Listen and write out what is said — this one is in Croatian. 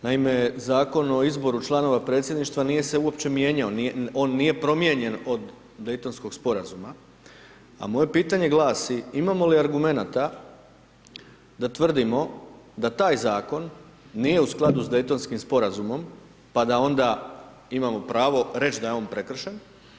Naime, Zakon o izboru članova predsjedništva nije se uopće mijenjao, on nije promijenjen od Daytonskog sporazuma a moje pitanje glasi, imamo li argumenata da tvrdimo da taj zakon nije u skladu sa Daytonskim sporazumom pa da onda imamo pravo reći da je on prekršen?